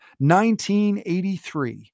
1983